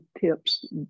tips